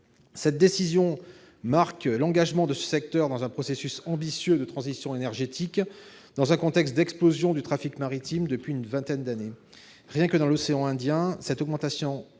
Cette décision marque l'engagement de ce secteur dans un processus ambitieux de transition énergétique, dans un contexte d'explosion du trafic maritime depuis une vingtaine d'années. Rien que dans l'océan Indien, cette augmentation a été de